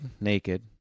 naked